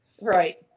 Right